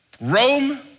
Rome